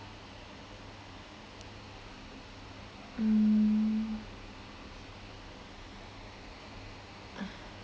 mm